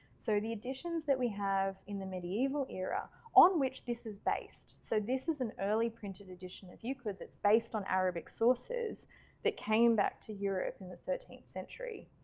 so the editions that we have in the medieval era on which this is based. so this is an early printed edition of euclid that's based on arabic sources that came back to europe in the thirteenth century.